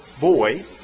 boy